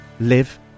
live